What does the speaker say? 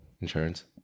insurance